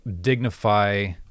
dignify